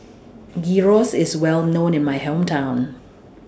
Gyros IS Well known in My Hometown